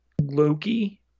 Loki